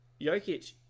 Jokic